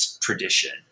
tradition